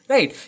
Right